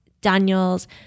daniel's